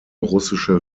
russische